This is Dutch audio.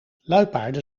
luipaarden